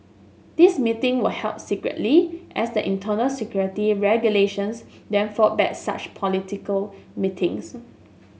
these meeting were held secretly as the internal security regulations then forbade such political meetings